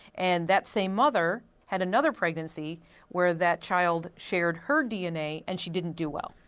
and that same mother had another pregnancy where that child shared her dna and she didn't do well.